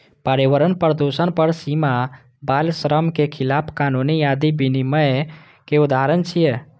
पर्यावरण प्रदूषण पर सीमा, बाल श्रम के खिलाफ कानून आदि विनियम के उदाहरण छियै